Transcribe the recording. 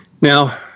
Now